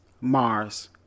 Mars